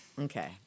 Okay